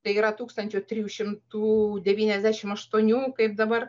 tai yra tūkstančio trijų šimtų devyniasdešim aštuonių kaip dabar